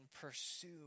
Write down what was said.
pursue